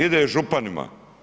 Ide županima.